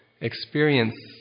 experience